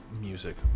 music